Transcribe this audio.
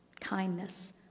Kindness